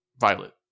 Violet